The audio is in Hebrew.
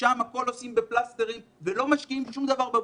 ששם עושים הכול בפלסטרים ולא משקיעים שום דבר בבסיס.